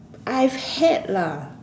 I've had lah